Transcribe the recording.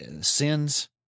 Sin's